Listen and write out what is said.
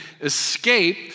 escape